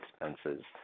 expenses